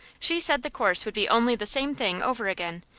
she said the course would be only the same thing over again,